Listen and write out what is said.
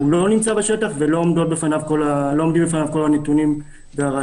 הוא לא נמצא בשטח ולא עומדים בפניו כל הנתונים והראיות.